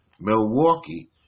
Milwaukee